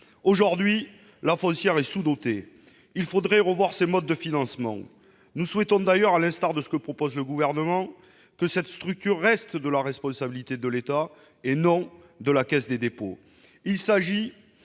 Aujourd'hui, la Foncière est sous-dotée. Il faudrait revoir ses modes de financement. Nous souhaitons d'ailleurs, à l'instar de ce que propose le Gouvernement, que cette structure reste sous la responsabilité de l'État et non pas de la Caisse des dépôts et